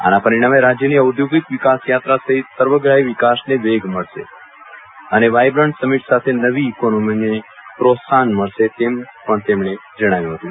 આના પરિણામે રાજ્યની ઔદ્યોગિક વિકાસ યાત્રા સહિત સર્વગ્રાહી વિકાસને વેગ મળશે અને વાયબ્રન્ટ સમિટ સાથે નવી ઇકોનોમીને પ્રોત્સાહન મળશે તેમ પણ તેમણે જણાવ્યું હતું